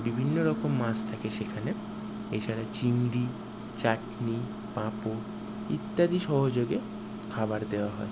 বিভিন্ন রকম মাছ থাকে সেখানে এছাড়া চিংড়ি চাটনি পাঁপড় ইত্যাদি সহযোগে খাবার দেওয়া হয়